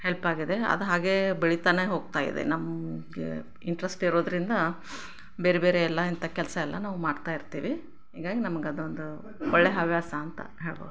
ಹೆಲ್ಪಾಗಿದೆ ಅದು ಹಾಗೇ ಬೆಳಿತಲೇ ಹೋಗ್ತಾ ಇದೆ ನಮಗೆ ಇಂಟ್ರೆಸ್ಟ್ ಇರೋದರಿಂದ ಬೇರೆ ಬೇರೆ ಎಲ್ಲ ಇಂಥ ಕೆಲಸ ಎಲ್ಲ ನಾವು ಮಾಡ್ತಾ ಇರ್ತೇವೆ ಹೀಗಾಗಿ ನಮ್ಗೆ ಅದೊಂದು ಒಳ್ಳೆಯ ಹವ್ಯಾಸ ಅಂತ ಹೇಳ್ಬೋದು